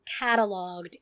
cataloged